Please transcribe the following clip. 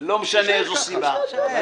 לא משנה מאיזו סיבה.